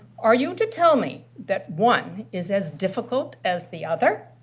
are you to tell me that one is as difficult as the other?